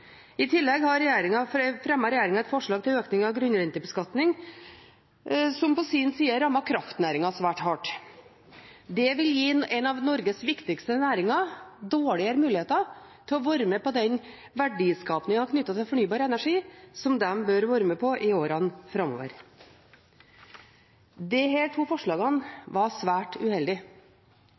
I tillegg fremmet regjeringen et forslag til økning av grunnrentebeskatning som på sin side rammet kraftnæringen svært hardt. Det vil gi en av Norges viktigste næringer dårlige muligheter til å være med på den verdiskapingen knyttet til fornybar energi som de bør være med på i åra framover. Disse to forslagene var svært uheldig.